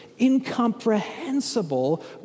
incomprehensible